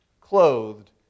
clothed